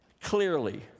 CLEARLY